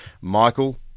Michael